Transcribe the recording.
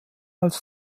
als